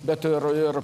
bet ir ir